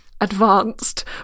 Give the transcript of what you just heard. advanced